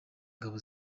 ingabo